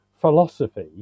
philosophy